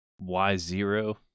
Y-zero